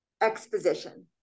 exposition